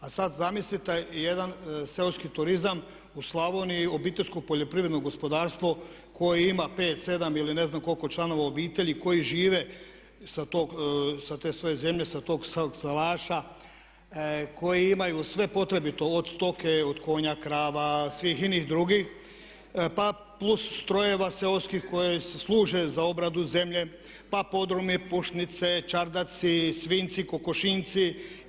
A sad zamislite jedan seoski turizam u Slavoniji, obiteljsko poljoprivredno gospodarstvo koje ima 5, 7 ili ne znam koliko članova obitelji koji žive sa te svoje zemlje, sa tog salaša, koji imaju sve potrebito od stoke, konja, krava, od svih inih drugih pa plus strojeva seoskih koji služe za obradu zemlje pa podrumi, pušnice, čardaci, svinjci, kokošinjci.